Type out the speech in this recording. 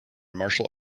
martial